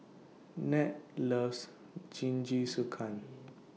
Ned loves Jingisukan